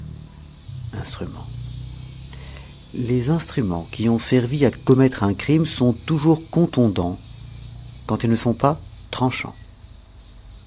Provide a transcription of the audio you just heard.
instrument les instruments qui ont servi à commettre un crime sont toujours contondants quand ils ne sont pas tranchants